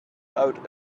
out